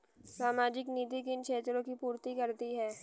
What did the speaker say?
सामाजिक नीति किन क्षेत्रों की पूर्ति करती है?